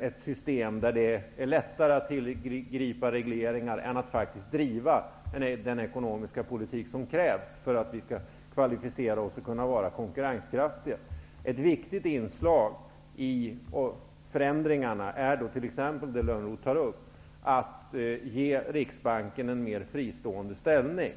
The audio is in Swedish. ett system, där det är lättare att tillgripa regleringar än att faktiskt driva den ekonomiska politik som krävs för att vi skall kvalificera oss och kunna vara konkurrenskraftiga. Ett viktigt inslag i förändringarna är t.ex. det som Johan Lönnroth tar upp, dvs. att Riksbanken skall ges en mer fristående ställning.